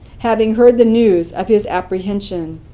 having heard the news of his apprehension.